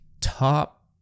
top